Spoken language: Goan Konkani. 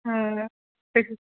हय